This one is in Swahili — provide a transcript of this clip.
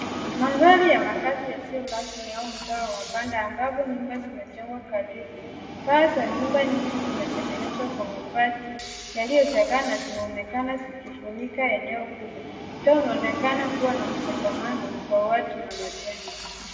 Mandhari ya makaazi yasiyo rasmi au mtaa wa mabanda ambapo nyumba zimejengwa karibu. Paa za nyumba nyingi zimetengenezwa kwa mabati yaliyochakaa na zinaonekana zikifunika eneo kubwa. Mtaa unaonekana kuwa na msongamano wa watu na majengo.